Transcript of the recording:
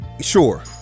Sure